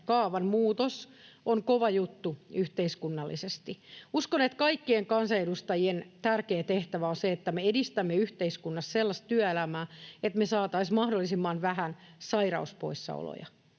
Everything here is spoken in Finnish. muutos on kova juttu yhteiskunnallisesti. Uskon, että kaikkien kansanedustajien tärkein tehtävä on se, että me edistämme yhteiskunnassa sellaista työelämää, että me saataisiin mahdollisimman vähän sairauspoissaoloja.